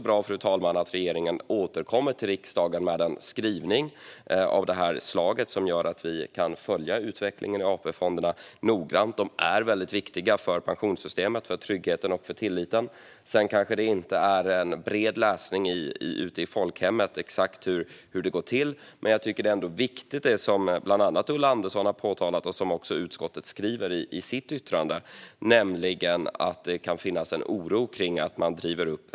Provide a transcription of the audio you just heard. Det är också bra att regeringen återkommer till riksdagen med en skrivelse av detta slag. Det gör att vi noggrant kan följa utvecklingen i AP-fonderna. De är väldigt viktiga för pensionssystemet och för tryggheten och tilliten. Men exakt hur det går till blir kanske inte underlag för en bred läsning ute i folkhemmet. Jag tycker att det som bland andra Ulla Andersson påpekade och som också utskottet skriver i sitt yttrande är viktigt, nämligen att det kan finnas en oro för att risknivån drivs upp.